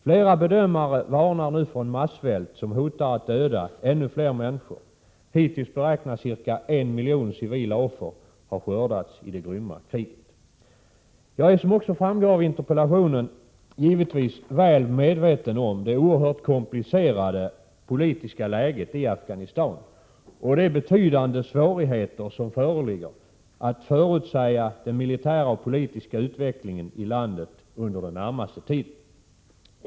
Flera bedömare varnar nu för en massvält som hotar att döda ännu fler människor. Hittills beräknas ca 1 miljon civila offer ha skördats i det grymma kriget. Jag är, som också framgår av interpellationen, givetvis väl medveten om det oerhört komplicerade politiska läget i Afghanistan och de betydande svårigheter som föreligger att förutsäga den militära och politiska utvecklingen i landet under den närmaste tiden.